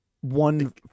one